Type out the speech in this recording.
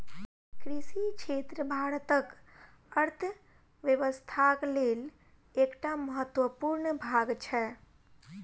कृषि क्षेत्र भारतक अर्थव्यवस्थाक लेल एकटा महत्वपूर्ण भाग छै